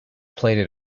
played